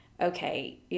okay